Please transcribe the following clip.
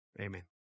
Amen